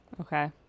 Okay